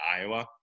Iowa